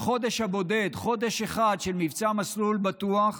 החודש הבודד, חודש אחד של מבצע "מסלול בטוח",